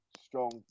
strong